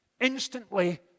instantly